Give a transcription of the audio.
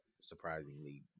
surprisingly